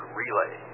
relay